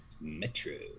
Metro